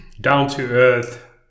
down-to-earth